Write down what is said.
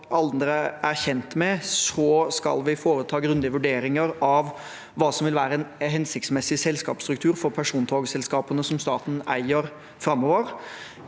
andre er kjent med, skal vi foreta grundige vurderinger av hva som framover vil være en hensiktsmessig selskapsstruktur for persontogselskapene staten eier. Vi er